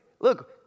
Look